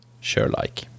Share-like